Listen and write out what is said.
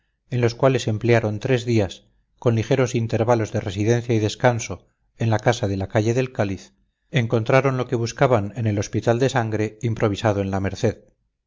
en los cuales emplearon tres días con ligeros intervalos de residencia y descanso en la casa de la calle del cáliz encontraron lo que buscaban en el hospital de sangre improvisado en la merced